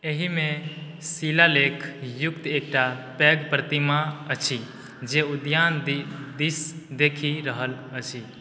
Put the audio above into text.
एहिमे शिलालेख युक्त एकटा पैघ प्रतिमा अछि जे उद्यान दिस देखि रहल अछि